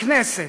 בכנסת,